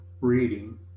reading